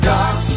Dark